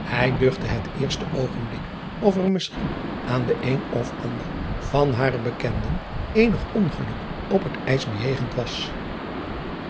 ij duchtte het eerste oogenblik of er misschien aan den een of ander van hare bekenden eenig ongeluk op het ijs bejegend was